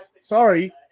Sorry